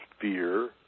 fear